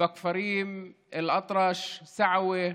בכפרים אל-אטרש, סעווה,